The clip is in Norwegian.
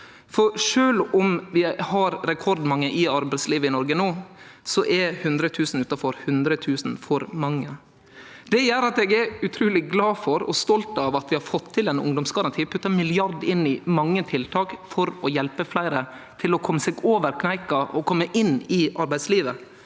Sjølv om vi har rekordmange i arbeidslivet i Noreg no, er 100 000 utanfor 100 000 for mange. Det gjer at eg er utruleg glad for og stolt over at vi har fått til ein ungdomsgaranti og putta ein milliard inn i mange tiltak for å hjelpe fleire med å kome seg over kneika og inn i arbeidslivet,